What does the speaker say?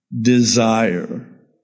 desire